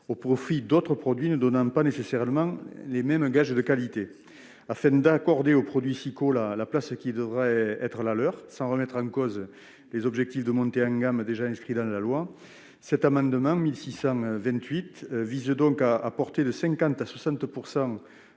au profit d'autres produits ne présentant pas nécessairement les mêmes gages de qualité. Afin d'accorder aux produits sous SIQO la place qui devrait être la leur, sans remettre en cause les objectifs de montée en gamme déjà inscrits dans la loi, cet amendement vise à porter de 50 % à 60